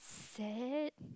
sad